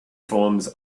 forms